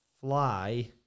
fly